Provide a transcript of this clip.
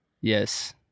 Yes